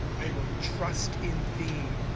i will trust in thee.